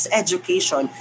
education